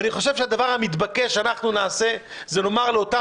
אני חושב שהדבר המתבקש שנעשה זה לומר לאותם